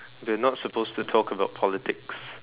we are not supposed to talk about politics